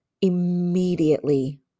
immediately